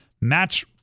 match